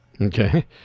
Okay